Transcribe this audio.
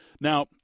Now